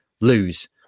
lose